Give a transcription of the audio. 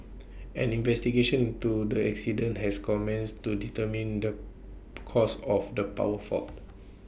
an investigation into the accident has commenced to determine the cause of the power fault